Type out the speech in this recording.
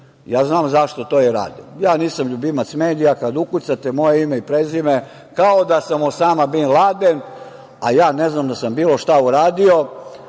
Ja znam zašto to i rade. Ja nisam ljubimac medija, kad ukucate moje ime i prezime, kao da sam Osama bin Laden, a ja ne znam da sam bilo šta uradio,